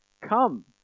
Come